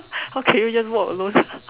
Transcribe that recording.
how can you just walk alone